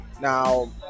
Now